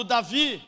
Davi